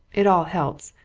it all helps.